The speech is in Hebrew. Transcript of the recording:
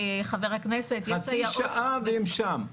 חצי שעה והם שם.